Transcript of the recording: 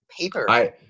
paper